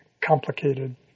complicated